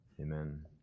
Amen